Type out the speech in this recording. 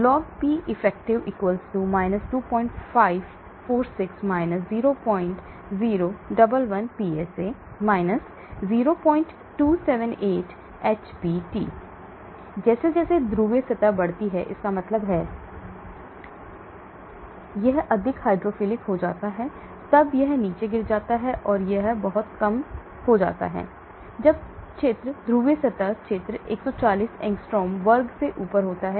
LogPeff 2546 0011 PSA 0278 HBD जैसे जैसे ध्रुवीय सतह बढ़ती है इसका मतलब है कि यह अधिक हाइड्रोफिलिक हो जाता है तब यह नीचे गिर जाता है और यह बहुत कम आता है जब क्षेत्र ध्रुवीय सतह क्षेत्र 140 एंग्स्ट्रॉम वर्ग से ऊपर होता है